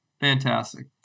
Fantastic